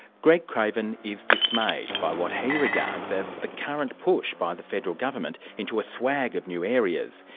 greg craven is dismayed by what he regards as the current push by the federal government into a swag of new areas.